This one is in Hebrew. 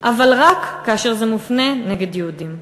אבל רק כאשר זה מופנה נגד יהודים.